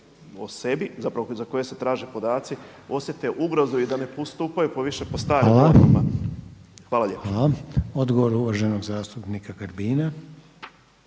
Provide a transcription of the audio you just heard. o sebi, zapravo za koje se traže podaci osjete ugrozu i da ne postupaju po više po starim formama. Hvala lijepa. **Reiner, Željko (HDZ)** Hvala. Odgovor uvaženog zastupnika Grbina.